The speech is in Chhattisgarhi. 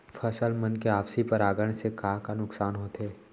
फसल मन के आपसी परागण से का का नुकसान होथे?